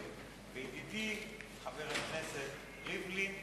וידידי חבר הכנסת ריבלין אמר: